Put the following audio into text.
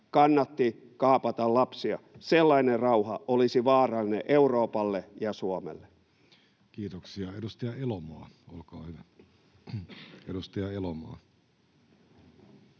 kannatti kaapata lapsia, olisi vaarallinen Euroopalle ja Suomelle. Kiitoksia. — Edustaja Elomaa, olkaa hyvä.